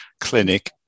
clinic